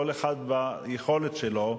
כל אחד ביכולת שלו,